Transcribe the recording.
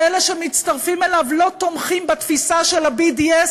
ואלה שמצטרפים אליו לא תומכים בתפיסה של ה-BDS,